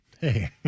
Hey